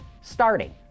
starting